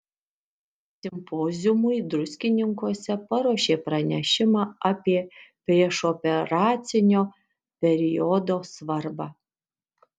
simpoziumui druskininkuose paruošė pranešimą apie priešoperacinio periodo svarbą